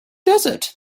desert